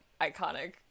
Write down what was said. iconic